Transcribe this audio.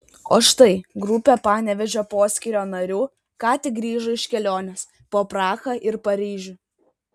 o štai grupė panevėžio poskyrio narių ką tik grįžo iš kelionės po prahą ir paryžių